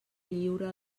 lliure